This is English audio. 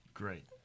great